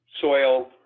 soil